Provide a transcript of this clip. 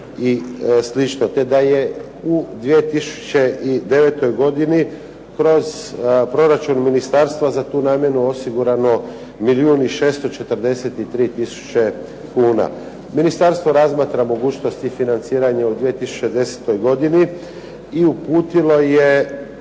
i slično, te da je u 2009. godini kroz proračun ministarstva za tu namjenu osigurano milijun i 643 tisuće kuna. Ministarstvo razmatra mogućnosti financiranja u 2010. godini i uputilo je